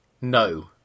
No